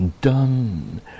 done